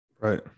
Right